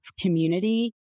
community